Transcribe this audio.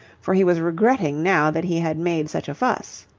for he was regretting now that he had made such a fuss.